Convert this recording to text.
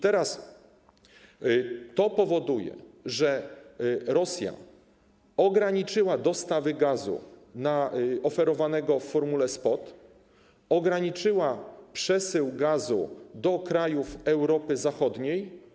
To powoduje, że Rosja ograniczyła dostawy gazu oferowanego w formule spot, ograniczyła przesył gazu do krajów Europy Zachodniej.